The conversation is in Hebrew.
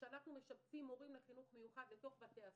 שאנחנו משבצים מורים לחינוך מיוחד לתוך בתי הספר.